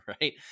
right